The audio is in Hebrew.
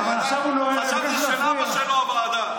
אתה מבין, חשב זה של אבא שלו, הוועדה.